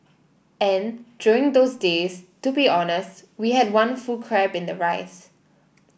and during those days to be honest we had one full crab in the rice